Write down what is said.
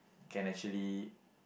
can actually